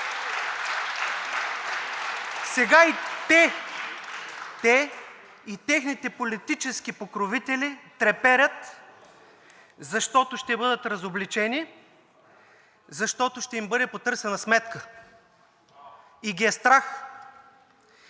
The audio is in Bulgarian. Сега и те, и техните политически покровители треперят, защото ще бъдат разобличени, защото ще им бъде потърсена сметка и ги е страх.